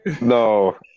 No